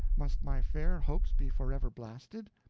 must my fair hopes be forever blasted?